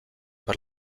per